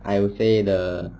I would say the